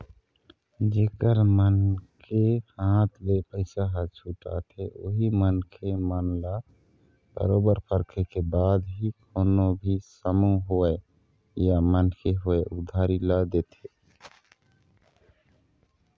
जेखर मन के हाथ ले पइसा ह छूटाथे उही मनखे मन ल बरोबर परखे के बाद ही कोनो भी समूह होवय या मनखे होवय उधारी ल देथे